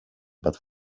but